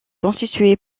constituée